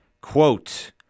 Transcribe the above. quote